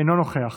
אינו נוכח,